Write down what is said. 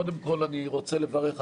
קודם כול אני רוצה לברך,